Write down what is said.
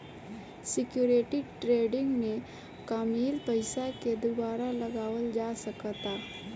security trading में कामयिल पइसा के दुबारा लगावल जा सकऽता